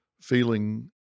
feeling